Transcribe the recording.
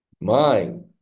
mind